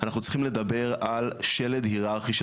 אנחנו צריכים לדבר על שלד היררכי של